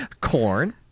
Corn